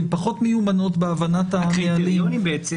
הן פחות מיומנות בהבנת ה --- הקריטריונים בעצם